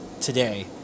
today